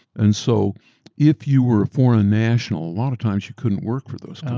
and so if you were a foreign national, a lot of times, you couldn't work for those